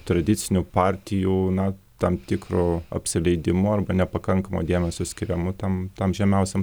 tradicinių partijų na tam tikro apsileidimo arba nepakankamo dėmesio skiriamu tam tam žemiausiam